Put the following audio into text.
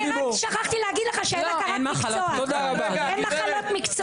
שכחתי להגיד שאין לנו בכלל הכרת מקצוע.